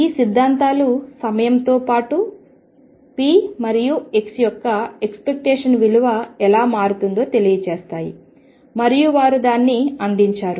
ఈ సిద్ధాంతాలు సమయం తో పాటు p మరియు x యొక్క ఎక్స్పెక్టేషన్ విలువ ఎలా మారుతుందో తెలియజేస్తాయి మరియు వారు దానిని అందించారు